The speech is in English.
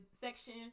section